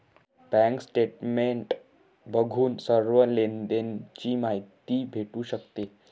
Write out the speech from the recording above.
bank statement बघून सर्व लेनदेण ची माहिती भेटू शकते